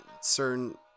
certain